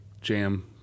jam